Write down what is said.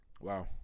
Wow